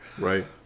Right